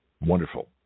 Wonderful